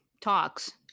talks